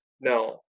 no